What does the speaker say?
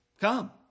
come